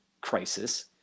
crisis